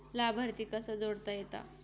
लाभार्थी कसा जोडता येता?